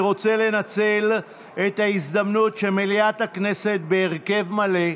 אני רוצה לנצל את ההזדמנות שמליאת הכנסת בהרכב מלא,